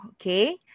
Okay